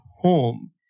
home